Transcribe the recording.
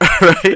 Right